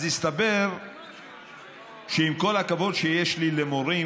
אז הסתבר שעם כל הכבוד שיש לי למורים,